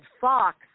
Fox